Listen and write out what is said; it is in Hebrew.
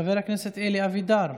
חבר הכנסת אלי אבידר.